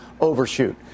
overshoot